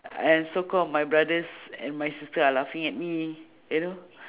and so called my brothers and my sisters are laughing at me you know